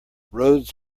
roads